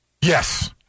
Yes